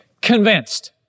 convinced